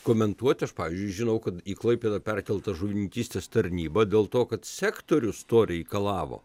komentuoi aš pavyzdžiui žinau kad į klaipėdą perkelta žuvininkystės tarnyba dėl to kad sektorius to reikalavo